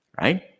right